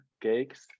cakes